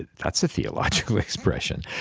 that's a theological expression,